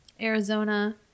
Arizona